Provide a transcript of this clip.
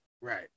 Right